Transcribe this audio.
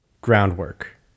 groundwork